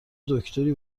دکتری